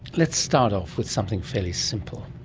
let's start off with something fairly simple.